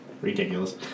ridiculous